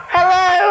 Hello